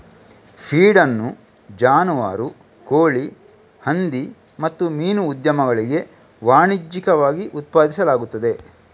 feed ಅನ್ನು ಜಾನುವಾರು, ಕೋಳಿ, ಹಂದಿ ಮತ್ತು ಮೀನು ಉದ್ಯಮಗಳಿಗೆ ವಾಣಿಜ್ಯಿಕವಾಗಿ ಉತ್ಪಾದಿಸಲಾಗುತ್ತದೆ